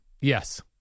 Yes